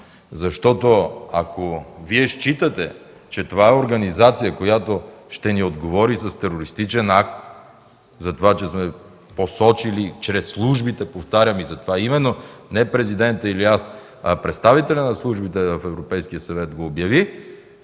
защото ако считате, че това е организация, която ще ни отговори с терористичен акт, затова че сме я посочили, повтарям, чрез службите и затова именно не Президентът или аз, а представителят на службите в Европейския съвет го обяви,